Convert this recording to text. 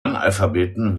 analphabeten